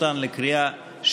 להצביע.